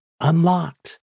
unlocked